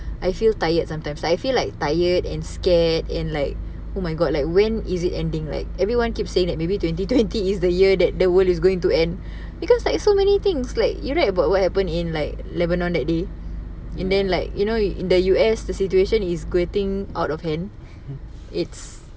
I feel tired sometimes I feel like tired and scared and like oh my god like when is it ending like everyone keep saying that maybe twenty twenty is the year that the world is going to end because like so many things like you read about what happened in like lebanon that day and then like you know in the U_S the situation is getting out of hand it's